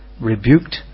rebuked